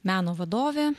meno vadovė